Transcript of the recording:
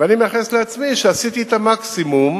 ואני מייחס לעצמי שעשיתי את המקסימום,